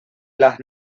las